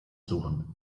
suchen